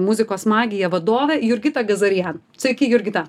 muzikos magija vadovę jurgitą gazarian sveiki jurgita